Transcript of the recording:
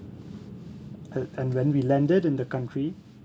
a~ and when we landed in the country